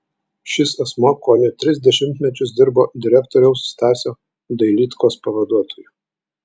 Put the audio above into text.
šis asmuo kone tris dešimtmečius dirbo direktoriaus stasio dailydkos pavaduotoju